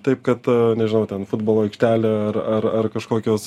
taip kad nežinau ten futbolo aikštelė ar ar ar kažkokios